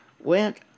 went